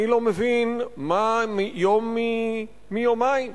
אני לא מבין, מה יום מיומיים?